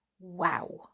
Wow